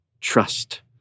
trust